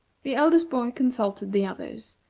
the eldest boy consulted the others,